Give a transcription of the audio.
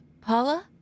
Paula